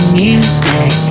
music